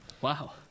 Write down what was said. Wow